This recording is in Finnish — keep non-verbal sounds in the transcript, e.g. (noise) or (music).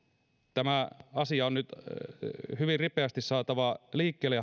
tämä asia on nyt hyvin ripeästi saatava liikkeelle (unintelligible)